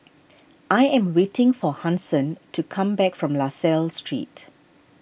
I am waiting for Hanson to come back from La Salle Street